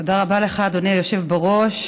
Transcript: תודה רבה לך, אדוני היושב בראש.